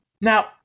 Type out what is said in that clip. Now